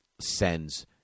sends